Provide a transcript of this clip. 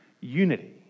unity